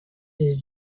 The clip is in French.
des